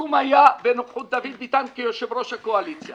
הסיכום היה בנוכחות דוד ביטן כיושב-ראש הקואליציה